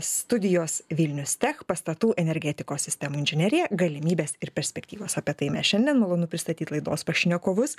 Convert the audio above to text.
studijos vilnius tech pastatų energetikos sistemų inžinerija galimybės ir perspektyvos apie tai mes šiandien malonu pristatyt laidos pašnekovus